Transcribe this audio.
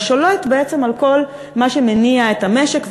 ושולט בעצם על כל מה שמניע את המשק,